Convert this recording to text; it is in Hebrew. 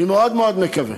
אני מאוד מאוד מקווה